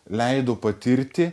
leido patirti